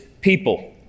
people